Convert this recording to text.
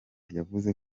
yavuze